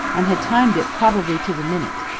and had timed it probably to the minute.